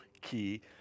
key